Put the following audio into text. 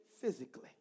physically